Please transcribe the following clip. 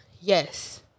Yes